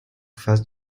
phase